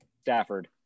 Stafford